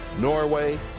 Norway